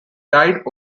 dyed